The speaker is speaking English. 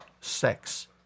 Sex